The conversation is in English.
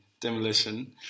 demolition